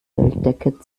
zeltdecke